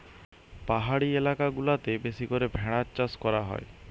পাহাড়ি এলাকা গুলাতে বেশি করে ভেড়ার চাষ করা হয়